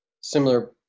similar